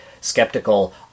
skeptical